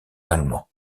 allemand